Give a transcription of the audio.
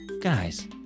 guys